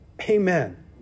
Amen